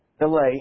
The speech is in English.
delay